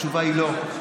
התשובה היא לא.